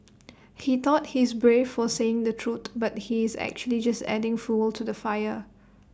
he thought he's brave for saying the truth but he's actually just adding fuel to the fire